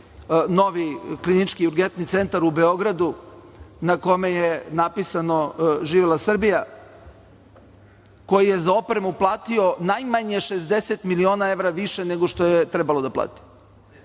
novi klinički urgentni centar u Beogradu na kome je napisano „živela Srbija“, koji je za opremu platu najmanje 60 miliona evra više nego što je trebalo da plati.